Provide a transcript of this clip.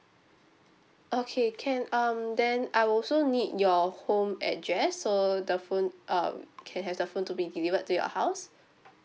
okay can um then I will also need your home address so the phone um can have the phone to be delivered to your house